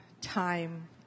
time